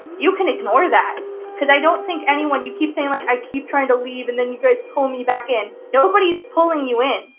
you can ignore that because i don't think anyone you keep saying like, i keep trying to leave and then you guys pull me back in. nobody's pulling you in.